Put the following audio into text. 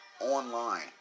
Online